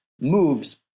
moves